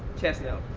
chatsnap.